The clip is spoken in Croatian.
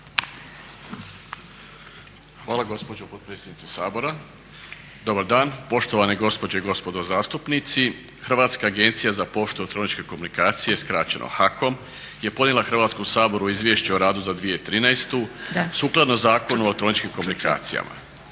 Hvala gospođo potpredsjednice Sabora, dobar dan. Poštovane gospođe i gospodo zastupnici, Hrvatska agencija za poštu i elektroničke komunikacije, skraćeno HAKOM je podnijela Hrvatskom saboru izvješće o radu za 2013. sukladno Zakonu o elektroničkim komunikacijama.